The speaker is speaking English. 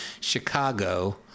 Chicago